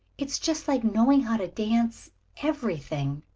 it's just like knowing how to dance everything.